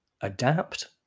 Adapt